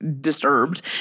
disturbed